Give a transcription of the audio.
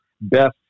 best